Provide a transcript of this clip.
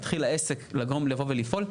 להתחיל, העסק לגרום לבוא ולפעול.